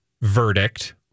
verdict